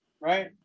right